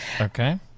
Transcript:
Okay